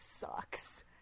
sucks